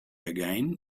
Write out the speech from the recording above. again